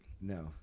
no